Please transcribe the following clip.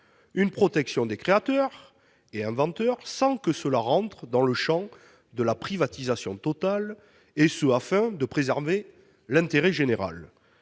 : protéger les créateurs et inventeurs, sans que cela entre dans le champ de la privatisation totale afin de préserver l'intérêt général.